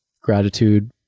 gratitude